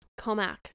Comac